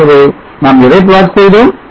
ஆகவே நாம் எதை plot செய்தோம்